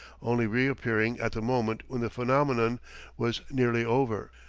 only reappearing at the moment when the phenomenon was nearly over.